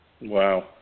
Wow